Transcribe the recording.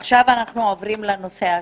אנחנו עוברים לנושא השני.